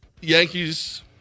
Yankees